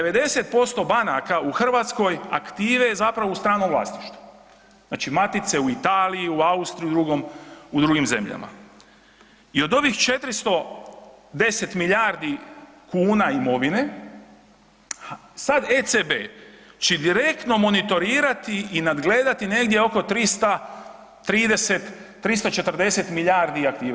90% banaka u Hrvatskoj aktive je u stranom vlasništvu, znači matice u Italiji, u Austriji u drugim zemljama i od ovih 410 milijardi kuna imovine, sad ECB će direktno monitorirati i nadgledati negdje oko 330, 340 milijardi aktive.